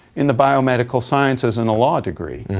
in the biomedical sciences and a law degree.